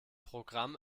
programm